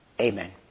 Amen